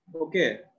okay